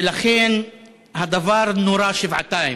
ולכן הדבר נורא שבעתיים.